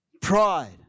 pride